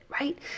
right